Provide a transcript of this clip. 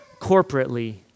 corporately